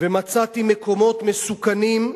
"ומצאתי מקומות מסוכנים.